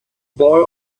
boy